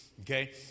okay